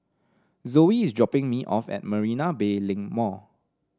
Zoey is dropping me off at Marina Bay Link Mall